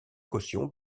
caution